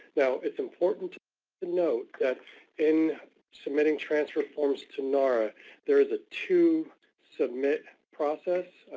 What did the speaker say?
now, it's important to note that in submitting transfer forms to nara there's a two submit process,